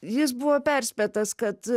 jis buvo perspėtas kad